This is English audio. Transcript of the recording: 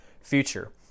future